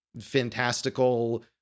fantastical